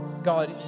God